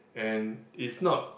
and is not